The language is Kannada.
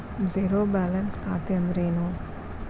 ಝೇರೋ ಬ್ಯಾಲೆನ್ಸ್ ಖಾತೆ ಅಂದ್ರೆ ಏನು?